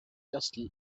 just